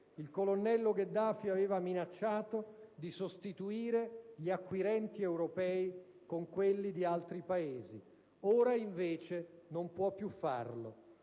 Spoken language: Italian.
il colonnello Gheddafi aveva minacciato di sostituire gli acquirenti europei con quelli di altri Paesi. Ora non può più farlo